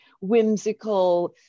whimsical